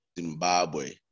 Zimbabwe